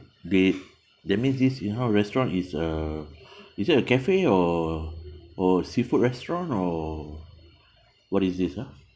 there that means this in-house restaurant is uh is it a cafe or or seafood restaurant or what is this ah